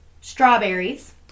strawberries